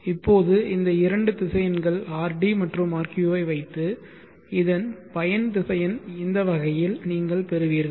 இப்போது இந்த இரண்டு திசையன்கள் rd மற்றும் rq ஐ வைத்து இதன் பயன் திசையன் இந்த வகையில் நீங்கள் பெறுவீர்கள்